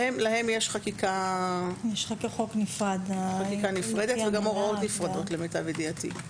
להם יש חקיקה נפרדת וגם הוראות נפרדות למיטב ידיעתי.